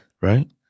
Right